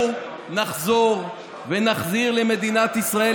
אנחנו נחזור ונחזיר למדינת ישראל,